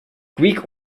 greek